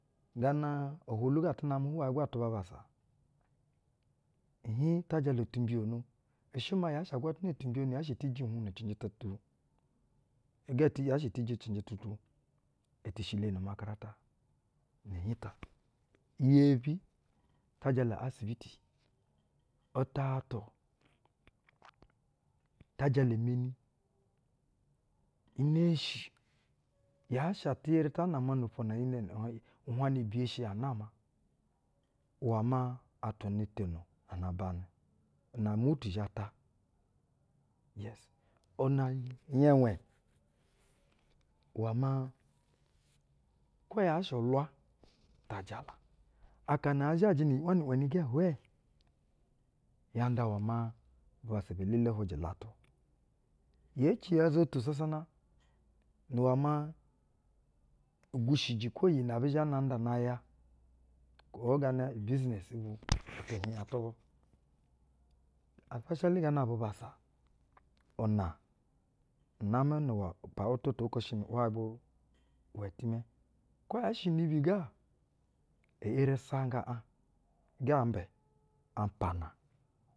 Gana ohwolu ga atɛ namɛ hwuyɛ go atuba abassa. Ihiiƞta jala timbiyono. I shɛ maa yaa shɛ agwatana timbi yono yaa shɛ eti ji huƞna cɛnjɛ tutu, i gɛ tu, yaa shɛ ati ji cɛnjɛ tutu. Eti shileni umakarata. Ihiiƞta. Iyebi, ta jala asibiti, utatu, ta jala meni, uneshi, yaa shɛ eti eri ta nama no ofwo na enim, uhwaƞna biye shɛ wan ama iwɛ maa atwa no tono anan banɛ. Una umotu zha ta. Yes. Unaa, i nyɛƞwɛ, iwɛ maa kwo yaa shɛ ulwa ta jala. Akana aa zhajɛ ni ‘wɛni ‘wɛni gɛ hwɛɛ, ya iwɛ maa bubassa be-elele hwujɛ watu. Yee ci ya-uzoto sasana nu iwɛ maa uwgushi kwo iyi nɛ abi zhɛ nda maa nay a oo gana ibiznɛsi bu, tɛhiƞya tub u, espeshali gana bubassa una namɛ nu wa, pa’wutu atwa oko shɛ hwayɛ bwo iwɛ timɛ. Kwo yaa shɛ inibi ga e eri sanga aƞ uga-ambɛ a pana.